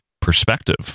perspective